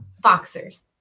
boxers